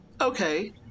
okay